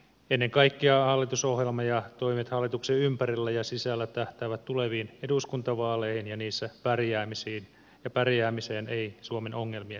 ennen kaikkea hallitusohjelma ja toimet hallituksen ympärillä ja sisällä tähtäävät tuleviin eduskuntavaaleihin ja niissä pärjäämiseen eivät suomen ongelmien hoitamiseen